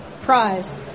prize